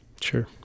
Sure